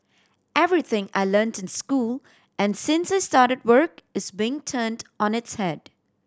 everything I learnt in school and since I started work is being turned on its head